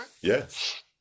Yes